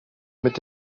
mit